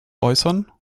äußern